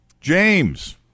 james